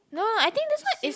no I think this one is